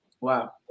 Wow